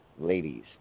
Ladies